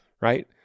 Right